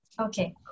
Okay